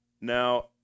Now